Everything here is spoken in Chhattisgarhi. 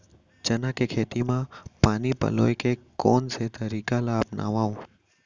चना के खेती म पानी पलोय के कोन से तरीका ला अपनावव?